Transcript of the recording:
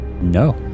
No